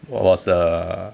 what was the